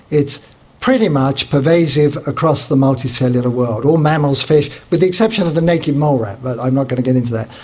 it's pretty much pervasive across the multicellular world, all mammals, fish, with the exception of the naked mole rat, but i'm not going to get into that,